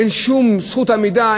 אין שום זכות עמידה,